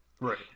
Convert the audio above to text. right